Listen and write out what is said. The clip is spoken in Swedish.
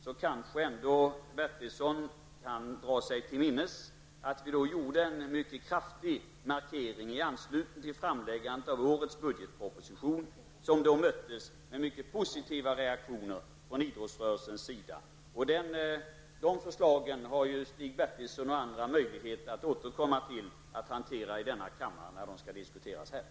Bertilsson kanske kan dra sig till minnes att regeringen gjorde en mycket kraftig markering i anslutning till att årets budgetproposition, som möttes med mycket positiva reaktioner från idrottsrörelsens sida. De förslagen har Stig Bertilsson och andra möjlighet att återkomma till när de skall diskuteras i denna kammare.